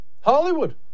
Hollywood